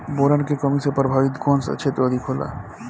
Boron के कमी से प्रभावित कौन सा क्षेत्र अधिक होला?